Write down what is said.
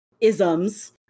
isms